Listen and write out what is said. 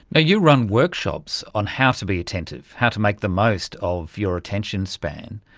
you run workshops on how to be attentive, how to make the most of your attention span.